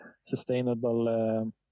sustainable